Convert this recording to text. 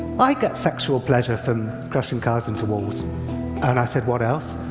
i get sexual pleasure from crashing cars into walls and i said, what else?